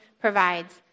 provides